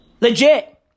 Legit